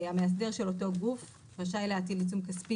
המאסדר של אותו גוף רשאי להטיל עיצום כספי